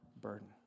burden